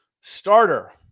starter